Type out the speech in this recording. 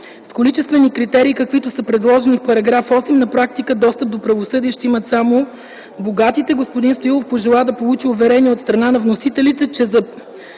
С количествените критерии, каквито са предложени в § 8, на практика достъп до правосъдие ще имат само богатите. Господин Стоилов пожела да получи уверение от страна вносителите, за